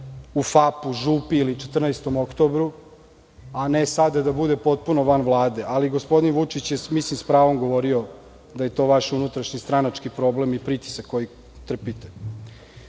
u FAP-u, „Župi“, ili „14 Oktobru“, a ne sada da bude potpuno van Vlade, ali gospodin Vučić je s pravom govorio da je to vaš unutrašnji stranački problem i pritisak koji trpite. Mislim